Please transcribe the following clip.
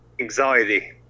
anxiety